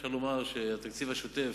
אפשר לומר שהתקציב השוטף,